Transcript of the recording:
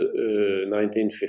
1950